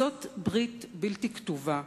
זו ברית בלתי כתובה,